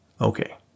Okay